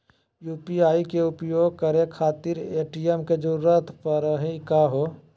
UPI के उपयोग करे खातीर ए.टी.एम के जरुरत परेही का हो?